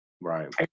Right